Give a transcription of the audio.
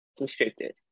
restricted